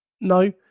No